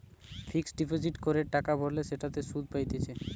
fixed deposit করে টাকা ভরলে সেটাতে সুধ পাইতেছে